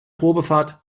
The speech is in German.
probefahrt